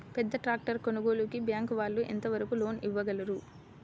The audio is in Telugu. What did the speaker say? పెద్ద ట్రాక్టర్ కొనుగోలుకి బ్యాంకు వాళ్ళు ఎంత వరకు లోన్ ఇవ్వగలరు?